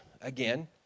again